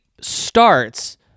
starts